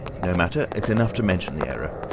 no matter it's enough to mention the error.